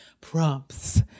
prompts